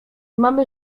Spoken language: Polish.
mamy